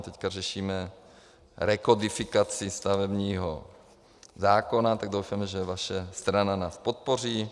Teďka řešíme rekodifikaci stavebního zákona, tak doufejme, že vaše strana nás podpoří.